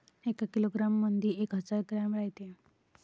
एका किलोग्रॅम मंधी एक हजार ग्रॅम रायते